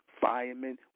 firemen